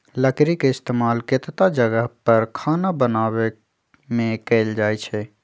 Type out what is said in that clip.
लकरी के इस्तेमाल केतता जगह पर खाना पकावे मे कएल जाई छई